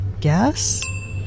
guess